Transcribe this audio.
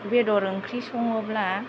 बेदर ओंख्रि सङोब्ला